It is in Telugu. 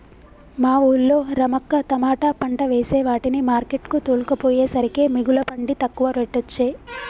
మా వూళ్ళో రమక్క తమాట పంట వేసే వాటిని మార్కెట్ కు తోల్కపోయేసరికే మిగుల పండి తక్కువ రేటొచ్చె